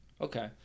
Okay